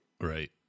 Right